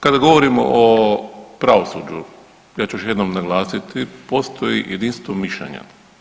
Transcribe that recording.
Kada govorimo o pravosuđu, ja ću još jednom naglasiti, postoji jedinstvo mišljenja.